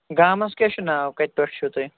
گامَس کیٛاہ چھُ ناو کَتہِ پٮ۪ٹھ چھِو تُہۍ